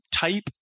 type